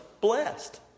blessed